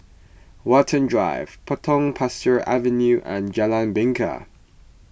Watten Drive Potong Pasir Avenue and Jalan Bingka